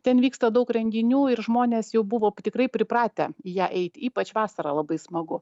ten vyksta daug renginių ir žmonės jau buvo tikrai pripratę į ją eit ypač vasarą labai smagu